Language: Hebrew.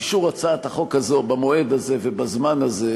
אישור הצעת החוק הזאת במועד הזה ובזמן הזה,